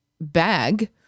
bag